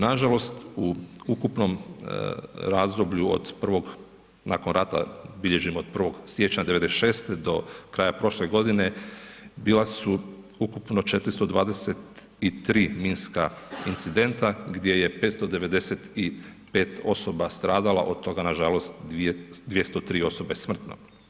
Nažalost u ukupnom razdoblju od 1. nakon rata bilježimo od 1. siječnja '96. do kraja prošle godine bila su ukupno 423 minska incidenta gdje je 595 osoba stradalo, od toga nažalost 203 osobe smrtno.